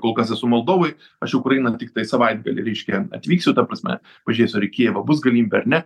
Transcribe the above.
kol kas esu moldovoj aš į ukrainą tiktai savaitgalį reiškia atvyksiu ta prasme pažiūrėsiu ar į kijevą bus galimybė ar ne